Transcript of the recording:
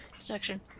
section